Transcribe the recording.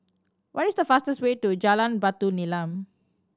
what is the fastest way to Jalan Batu Nilam